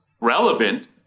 relevant